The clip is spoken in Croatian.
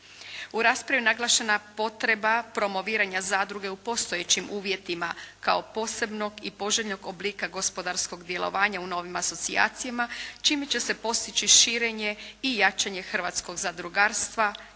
U raspravi je naglašena potreba promoviranja zadruge u postojećim uvjetima kao posebnog i poželjnog oblika gospodarskog djelovanja u novim asocijacijama čime će se postići širenje i jačanje hrvatskog zadrugarstva